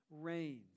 reigns